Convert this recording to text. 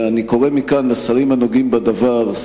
ואני קורא מכאן לשרים הנוגעים בדבר,